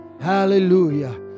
Hallelujah